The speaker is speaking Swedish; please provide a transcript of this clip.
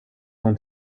hon